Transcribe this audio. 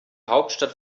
hauptstadt